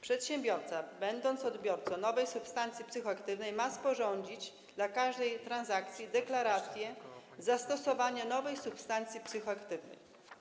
Przedsiębiorca będący odbiorcą nowej substancji psychoaktywnej ma sporządzić dla każdej transakcji deklarację zastosowania nowej substancji psychoaktywnej.